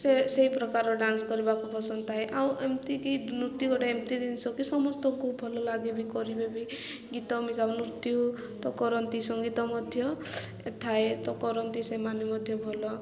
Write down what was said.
ସେ ସେଇ ପ୍ରକାର ଡାନ୍ସ କରିବାକୁ ପସନ୍ଦ ଥାଏ ଆଉ ଏମିତିକି ନୃତ୍ୟ ଗୋଟେ ଏମିତି ଜିନିଷ କି ସମସ୍ତଙ୍କୁ ଭଲ ଲାଗେ ବିି କରିବେ ବି ଗୀତ ମିଶ ନୃତ୍ୟ ତ କରନ୍ତି ସଙ୍ଗୀତ ମଧ୍ୟ ଥାଏ ତ କରନ୍ତି ସେମାନେ ମଧ୍ୟ ଭଲ